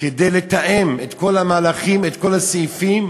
כדי לתאם את כל המהלכים, את כל הסעיפים,